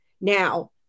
Now